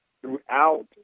throughout